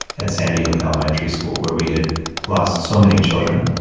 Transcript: at sandy hook elementary school where we had lost so many children.